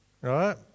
right